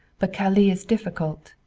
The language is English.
but calais is difficult.